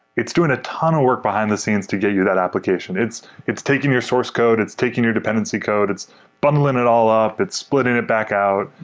it's doing a ton of work behind-the-scenes to get you that application. it's it's taking your source code. it's taking your dependency code. it's bundling it all up. it's splitting it back out.